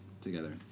together